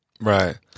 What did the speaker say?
Right